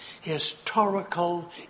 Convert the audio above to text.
historical